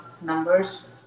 numbers